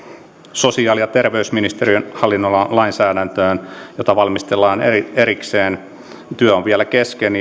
sosiaali ja terveysministeriön hallinnonalan lainsäädäntöön jota valmistellaan erikseen työ on vielä kesken